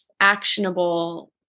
actionable